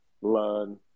learn